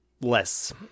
less